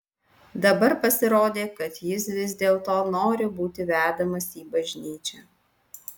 dabar pasirodė kad jis vis dėlto nori būti vedamas į bažnyčią